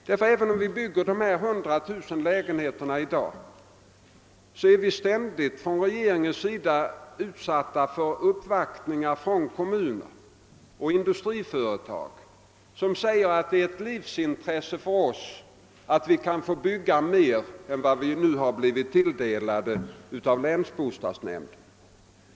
Trots att vi i dag bygger dessa 100000 lägenheter, är regeringen ständigt utsatt för uppvaktningar från kommuner och industriföretag som hävdar att det är ett livsintresse för dem att det byggs bostäder utöver den kvot som orten i fråga har blivit tilldelad av länsbostadsnämnden.